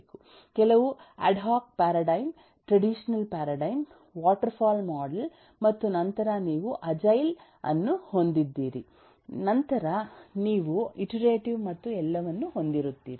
ಕೆಲವು ad hoc paradigm traditional paradigm waterfall model ಮತ್ತು ನಂತರ ನೀವು ಅಜೈಲ್ ಅನ್ನು ಹೊಂದಿದ್ದೀರಿ ನಂತರ ನೀವು ಇಟರೇಟಿವ್ ಮತ್ತು ಎಲ್ಲವನ್ನೂ ಹೊಂದಿರುತ್ತೀರಿ